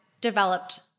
developed